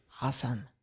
Awesome